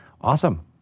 awesome